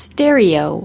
Stereo